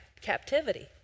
captivity